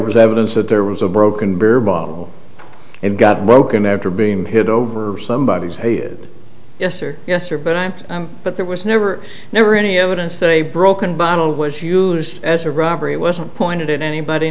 was evidence that there was a broken beer bottle and got broken after being hit over somebody say yes or yes or but i'm but there was never never any evidence a broken bottle was used as a robbery it wasn't pointed at anybody